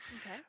Okay